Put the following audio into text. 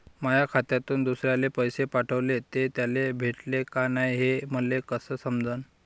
माया खात्यातून दुसऱ्याले पैसे पाठवले, ते त्याले भेटले का नाय हे मले कस समजन?